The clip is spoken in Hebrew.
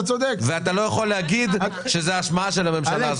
אתה צודק --- ואתה לא יכול להגיד שזו האשמה של הממשלה הזו.